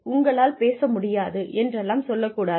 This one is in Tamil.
உங்களால் பேச முடியாது என்றெல்லாம் சொல்லக்கூடாது